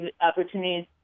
opportunities